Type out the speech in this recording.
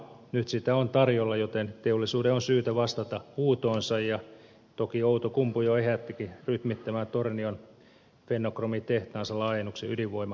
nyt sitä on tarjolla joten teollisuuden on syytä vastata huutoonsa ja toki outokumpu jo ehättikin rytmittämään tornion ferrokromitehtaansa laajennuksen ydinvoima aikatauluun